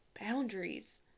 boundaries